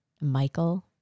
Michael